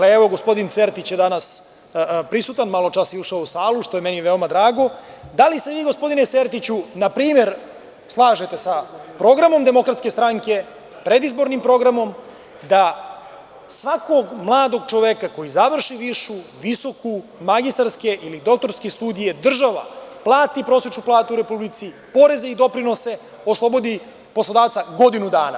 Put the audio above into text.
Evo, gospodin Sertić je danas prisutan, maločas je ušao u salu, što je meni veoma drago, da li se vi gospodine Sertiću na primer slažete sa programom DS, predizbornim programom, da svakog mladog čoveka koji završi višu, visoku, magistarske ili doktorske studije, država plati prosečnu platu Republici, poreze i doprinose, oslobodi poslodavca godinu dana?